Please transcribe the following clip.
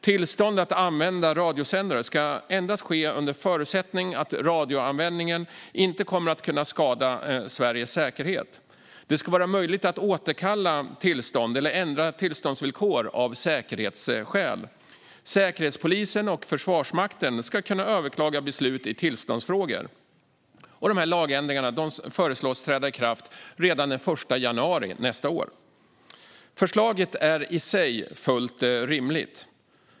Tillstånd att använda radiosändare ska endast ges under förutsättning att radioanvändningen inte kommer att kunna skada Sveriges säkerhet. Det ska vara möjligt att återkalla tillstånd eller ändra tillståndsvillkor av säkerhetsskäl. Säkerhetspolisen och Försvarsmakten ska kunna överklaga beslut i tillståndsfrågor. Dessa lagändringar föreslås träda i kraft redan den 1 januari nästa år. Förslaget är i sig fullt rimligt.